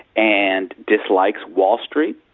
and dislikes wall street.